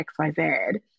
xyz